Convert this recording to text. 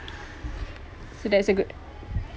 so that's a good thing